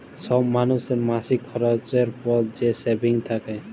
ছব মালুসের মাসিক খরচের পর যে সেভিংস থ্যাকে